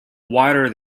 wider